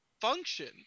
function